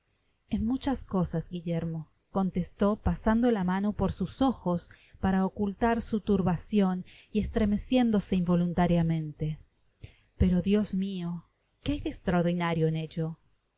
en muchas cosas guillermo contestó pasando la mano por sus ojos para ocultar su turbacion y estremeciéndose invo luntariamente pero dios mio qué hay de estraordinario en